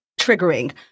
triggering